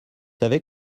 savez